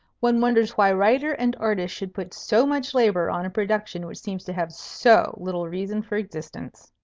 one wonders why writer and artist should put so much labor on a production which seems to have so little reason for existence.